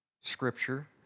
Scripture